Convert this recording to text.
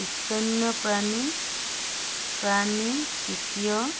স্তন্যপায়ী প্ৰাণী তৃতীয়